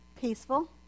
Peaceful